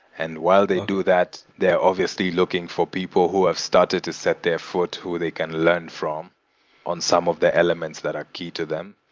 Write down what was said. and while they do that, they're obviously looking for people who have started to set their foot, who they can learn from on some of the elements that are key to them.